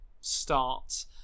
start